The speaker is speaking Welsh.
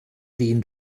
ddyn